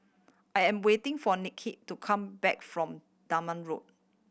I am waiting for to come back from Dunman Road